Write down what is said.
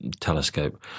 telescope